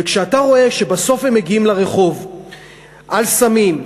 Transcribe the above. כשאתה רואה שבסוף הם מגיעים לרחוב על סמים,